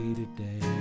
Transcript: today